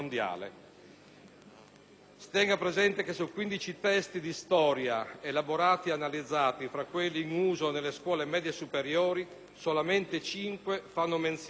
tenga presente che su 15 testi di storia analizzati, tra quelli in uso nelle scuole medie superiori, solamente cinque fanno menzione delle foibe.